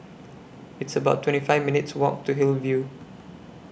It's about twenty five minutes' Walk to Hillview